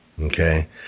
okay